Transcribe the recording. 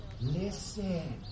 listen